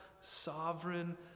sovereign